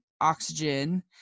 oxygen